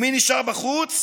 ומי נשאר בחוץ?